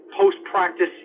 post-practice